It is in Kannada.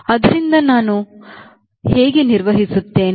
ಆದ್ದರಿಂದ ನಾವು ಅದನ್ನು ಹೇಗೆ ನಿರ್ವಹಿಸುತ್ತೇವೆ